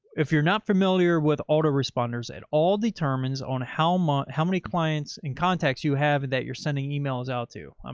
if you're not familiar with auto responders at all, determines on how ma how many clients and contacts you have, and that you're sending emails out to, um